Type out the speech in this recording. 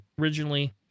originally